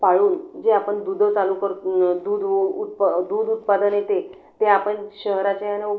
पाळून जे आपण दूध चालू करतून दूध उ उत्प दूध उत्पादन येते ते आपण शहराच्या यानं उ